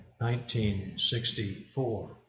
1964